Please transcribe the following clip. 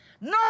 No